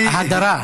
הדרה.